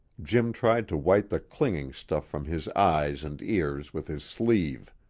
jim tried to wipe the clinging stuff from his eyes and ears with his sleeve.